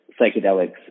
psychedelics